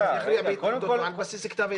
יכריע בהתנגדותו על בסיס כתב ההתנגדות.